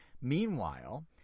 Meanwhile